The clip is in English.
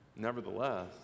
nevertheless